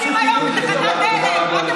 אתם צבועים.